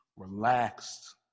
Relaxed